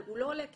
הוא לא עולה כסף.